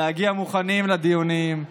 להגיע מוכנים לדיונים,